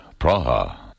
Praha